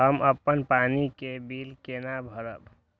हम अपन पानी के बिल केना भरब?